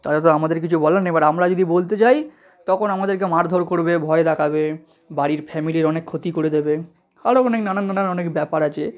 তাতে তো আমাদের কিছু বলার নেই এবার আমরা যদি বলতে যাই তখন আমাদেরকে মারধর করবে ভয় দেখাবে বাড়ির ফ্যামিলির অনেক ক্ষতি করে দেবে আরো অনেক নানান নানান অনেক ব্যাপার আছে